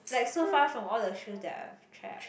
like so far from all the shoes that I've tried